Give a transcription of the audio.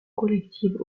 collectives